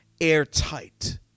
airtight